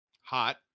Hot